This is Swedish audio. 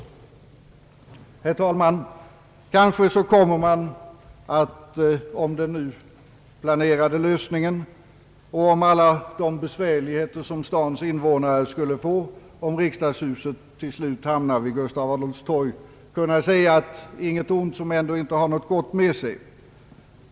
Herr talman! Kanske kommer man att om den nu planerade lösningen och om alla de besvärligheter stadens invånare skulle få om riksdagshuset till slut hamnade vid Gustav Adolfs torg kunna säga: intet ont som ändå inte har något gott med sig.